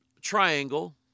triangle